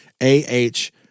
A-H